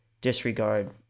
disregard